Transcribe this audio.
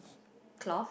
cloth